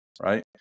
right